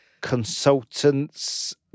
Consultants